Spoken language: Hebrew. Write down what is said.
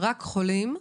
רק חולים צריכים?